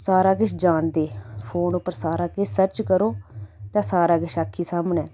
सारा किश जानदे फोन उप्पर सारा किश सर्च करो ते सारा किश आक्खीं सामनै